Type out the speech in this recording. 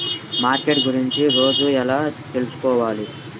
Market గురించి రోజు ఎలా తెలుసుకోవాలి?